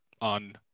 on